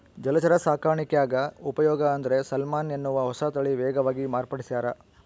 ಜಲಚರ ಸಾಕಾಣಿಕ್ಯಾಗ ಉಪಯೋಗ ಅಂದ್ರೆ ಸಾಲ್ಮನ್ ಎನ್ನುವ ಹೊಸತಳಿ ವೇಗವಾಗಿ ಮಾರ್ಪಡಿಸ್ಯಾರ